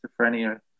schizophrenia